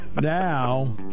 Now